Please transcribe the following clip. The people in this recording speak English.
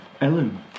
Ellen